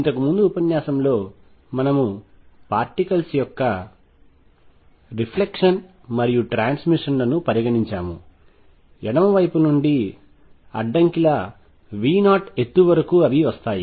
ఇంతకుముందు ఉపన్యాసం లో మనము పార్టికల్స్ యొక్క రిఫ్లెక్షన్ మరియు ట్రాన్స్మిషన్ లను పరిగణించాము ఎడమ వైపు నుండి అడ్డంకి లా V0 ఎత్తు వరకు వస్తాయి